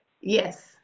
Yes